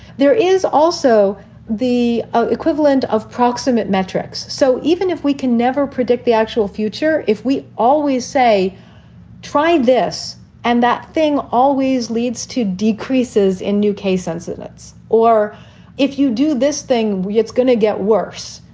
there is also the ah equivalent of proximate metrics. so even if we can never predict the actual future, if we always say try this and that thing always leads to decreases in new case incidents, or if you do this thing, it's going to get worse.